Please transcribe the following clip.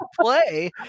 Play